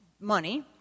money